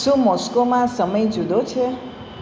શું મોસ્કોમાં સમય જુદો છે